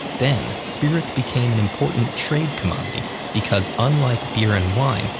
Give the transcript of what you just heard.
then, spirits became an important trade commodity because, unlike beer and wine,